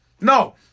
No